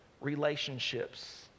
relationships